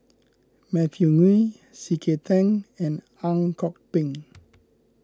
Matthew Ngui C K Tang and Ang Kok Peng